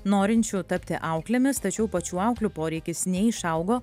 norinčių tapti auklėmis tačiau pačių auklių poreikis neišaugo